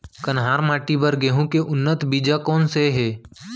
कन्हार माटी बर गेहूँ के उन्नत बीजा कोन से हे?